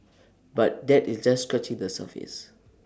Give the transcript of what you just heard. but that is just scratching the surface